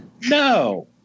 No